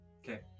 Okay